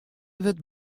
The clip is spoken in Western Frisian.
wurdt